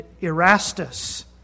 Erastus